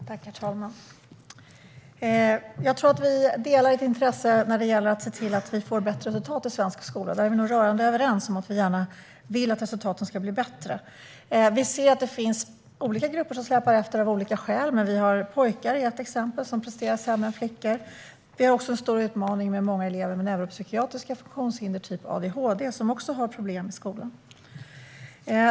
Herr talman! Jag tror att vi delar intresset när det gäller att se till att man får bättre resultat i svensk skola, och vi är nog rörande överens om att vi gärna vill att resultaten ska bli bättre. Vi vet att det finns olika grupper som släpar efter av olika skäl. Till exempel presterar pojkar sämre än flickor. Vi har även en stor utmaning med många elever med neuropsykiatriska funktionshinder, typ adhd, som också har problem i skolan.